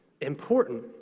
important